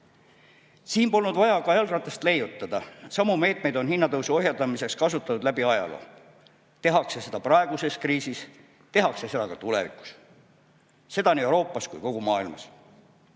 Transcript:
Siin polnud vaja ka jalgratast leiutada: samu meetmeid on hinnatõusu ohjeldamiseks kasutatud läbi ajaloo. Seda tehakse praeguses kriisis ja tehakse ka tulevikus, seda nii Euroopas kui ka kogu maailmas.